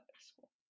school